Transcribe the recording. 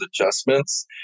adjustments